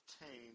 obtain